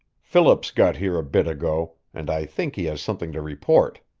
phillips got here a bit ago, and i think he has something to report.